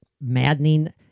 maddening